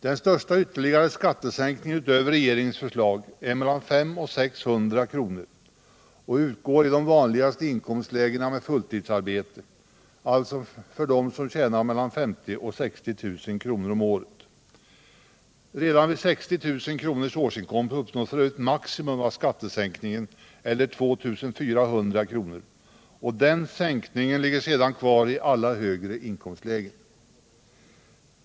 Den största ytterligare skattesänkningen utöver regeringens förslag är mellan 500 och 600 kronor och utgår i de vanligaste inkomstlägena vid fulltidsarbete, alltså för dem som tjänar mellan 50 000 och 60 000 kr. om året. Redan vid 60 000 i årsinkomst uppnås f. ö. maximum av skattesänkningen eller 2 400 kr., och den sänkningen ligger sedan kvar i alla högre inkomstlägen.